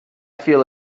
feel